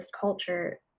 culture